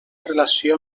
relació